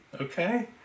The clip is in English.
Okay